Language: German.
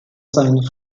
seine